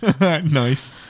nice